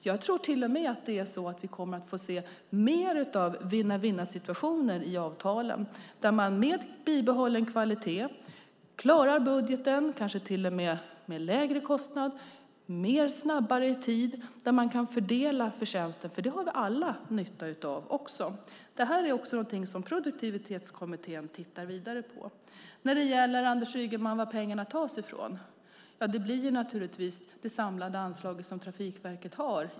Jag tror till och med att vi kommer att få se mer av vinna-vinna-situationer i avtalen, där man med bibehållen kvalitet klarar budgeten, kanske rentav med en lägre kostnad, är snabbare och kan fördela förtjänsten. Det har vi alla nytta av. Detta är också någonting som Produktivitetskommittén tittar vidare på. Anders Ygeman frågar varifrån pengarna tas. De tas naturligtvis, enligt en bedömning, från det samlade anslag som Trafikverket har.